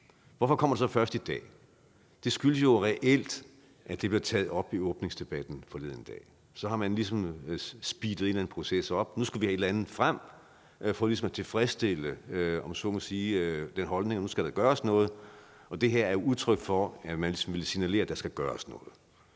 Hvorfor kommer det så først i dag? Det skyldes jo reelt, at det blev taget op i afslutningsdebatten forleden dag, og man har så ligesom speedet en eller anden proces op: Nu skal vi have et eller andet frem for ligesom at tilfredsstille, om man så må sige, den holdning, at nu skal der gøres noget. Og det her er jo et udtryk for, at man ligesom vil signalere, at der skal gøres noget.